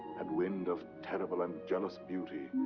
and wind of terrible and jealous beauty.